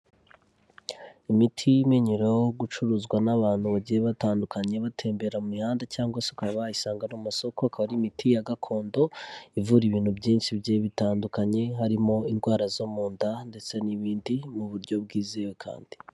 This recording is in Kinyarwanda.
Imiti imenyereweho gucuruzwa n'abantu bagiye batandukanye batembera mu mihanda cyangwa se ukaba wayisanga no mu masoko, akaba ari imiti ya gakondo ivura ibintu byinshi bigiye bitandukanye, harimo indwara zo mu nda ndetse n'ibindi mu buryo bwizewe kandi.